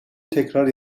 tekrar